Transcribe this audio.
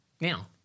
Now